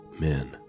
men